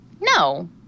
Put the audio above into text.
No